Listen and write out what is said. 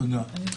תודה.